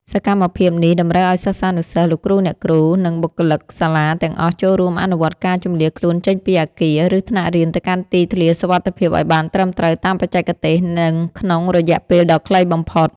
សកម្មភាពនេះតម្រូវឱ្យសិស្សានុសិស្ស លោកគ្រូអ្នកគ្រូ និងបុគ្គលិកសាលាទាំងអស់ចូលរួមអនុវត្តការជម្លៀសខ្លួនចេញពីអគារ ឬថ្នាក់រៀនទៅកាន់ទីធ្លាសុវត្ថិភាពឱ្យបានត្រឹមត្រូវតាមបច្ចេកទេស និងក្នុងរយៈពេលដ៏ខ្លីបំផុត។